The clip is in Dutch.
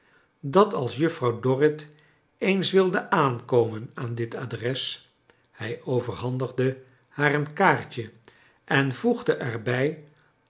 dat als juffrouw dorrit eens wilde aankomen aan dit adres hij overhandigde haar een kaartje en voegde er